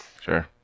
Sure